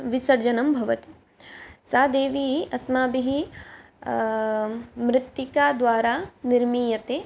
विसर्जनं भवति सा देवी अस्माभिः मृत्तिका द्वारा निर्मीयते